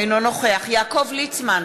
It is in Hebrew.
אינו נוכח יעקב ליצמן,